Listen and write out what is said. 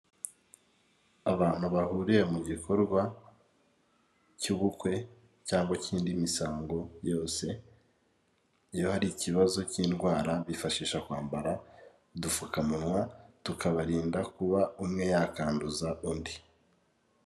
Abantu bahuriye mu gikorwa cy'ubukwe cyangwa cy'indi misango yose, iyo hari ikibazo cy'indwara bifashashisha kwambara udupfukamunwa tukabarinda kuba umwe yakanduza undi.